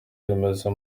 rimeze